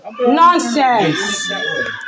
nonsense